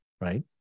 right